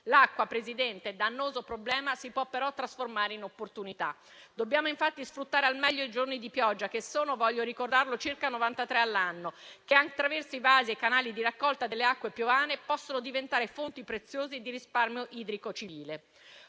l'acqua, da annoso problema, si può trasformare in opportunità. Dobbiamo infatti sfruttare al meglio i giorni di pioggia che - voglio ricordarlo - sono circa 93 all'anno, che, attraverso i vasi e i canali di raccolta delle acque piovane, possono diventare fonti preziose di risparmio idrico civile.